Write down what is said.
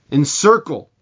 encircle